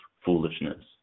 foolishness